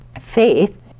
faith